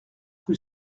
rue